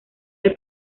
del